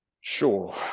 sure